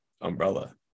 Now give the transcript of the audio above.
umbrella